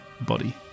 body